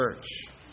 church